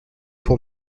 pour